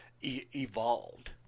evolved